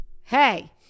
hey